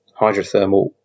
hydrothermal